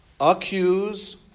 accuse